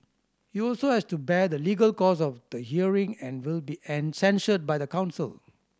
he also has to bear the legal cost of the hearing and will be censured by the council